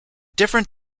different